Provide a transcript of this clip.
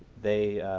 they